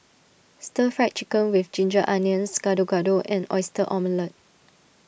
Stir Fried Chicken with Ginger Onions Gado Gado and Oyster Omelette